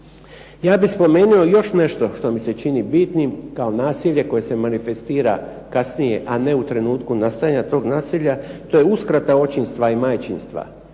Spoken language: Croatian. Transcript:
Ja bih spomenuo još nešto što mi se čini bitnim kao nasilje koje se manifestira kasnije, a ne u trenutku nastajanja tog nasilja to je uskrata očinstva i majčinstva.